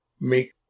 make